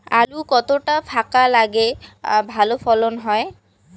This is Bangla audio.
আলু কতটা ফাঁকা লাগে ভালো ফলন হয়?